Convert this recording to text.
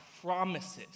promises